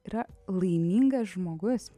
yra laimingas žmogus